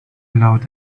allowed